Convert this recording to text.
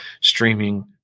streaming